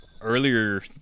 Earlier